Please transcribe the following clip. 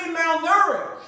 malnourished